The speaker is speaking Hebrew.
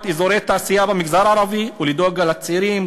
אזורי תעשייה במגזר הערבי ולדאוג לצעירים,